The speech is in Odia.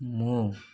ମୁଁ